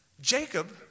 Jacob